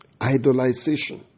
idolization